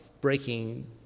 breaking